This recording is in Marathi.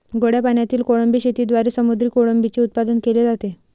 गोड्या पाण्यातील कोळंबी शेतीद्वारे समुद्री कोळंबीचे उत्पादन केले जाते